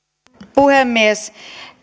puhemies